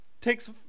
takes